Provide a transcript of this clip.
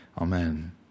Amen